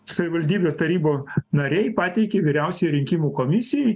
savivaldybės tarybo nariai pateikė vyriausiajai rinkimų komisijai